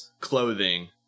clothing